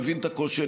מבין את הקושי.